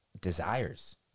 desires